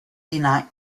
deny